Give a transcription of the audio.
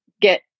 get